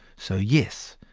so yes,